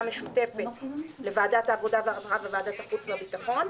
משותפת לוועדת העבודה והרווחה וועדת החוץ והביטחון,